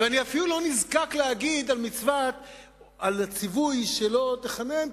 ואני אפילו לא נזקק להגיד על הציווי של "לא תחונם",